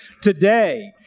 Today